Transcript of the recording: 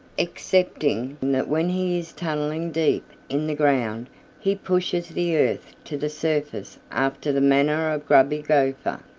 excepting that when he is tunneling deep in the ground he pushes the earth to the surface after the manner of grubby gopher,